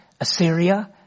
Assyria